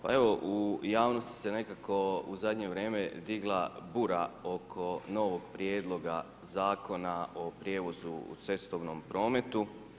Pa evo u javnosti se nekako u zadnje vrijeme digla bura oko novog Prijedloga Zakona o prijevozu u cestovnom prometu.